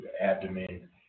abdomen